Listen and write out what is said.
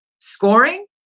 scoring